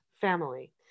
family